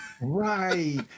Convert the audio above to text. right